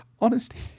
Honesty